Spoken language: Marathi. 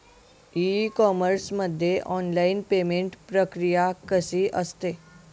ई कॉमर्स मध्ये ऑनलाईन पेमेंट प्रक्रिया कशी असते?